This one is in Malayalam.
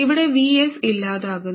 ഇവിടെ VS ഇല്ലാതാകുന്നു